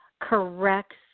corrects –